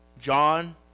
John